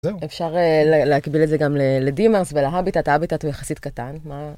אפשר להקביל את זה גם לדימארס ולהביטט, ההביטט הוא יחסית קטן.